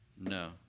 No